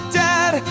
dad